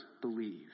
believe